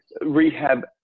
rehab